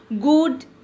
good